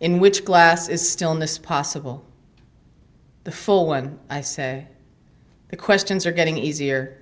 in which glass is stillness possible the full one i say the questions are getting easier